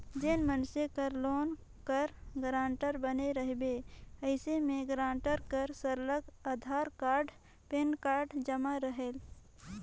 जेन मइनसे कर लोन कर गारंटर बने रहिबे अइसे में गारंटर कर सरलग अधार कारड, पेन कारड जमा रहेल